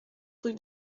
rue